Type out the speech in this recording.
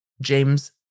James